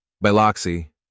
Biloxi